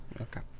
Okay